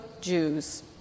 Jews